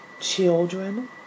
children